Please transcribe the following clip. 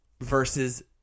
versus